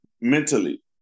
Mentally